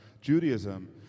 Judaism